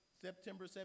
September